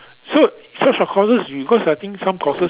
so so short courses because I think some courses